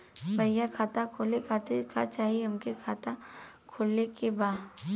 भईया खाता खोले खातिर का चाही हमके खाता खोले के बा?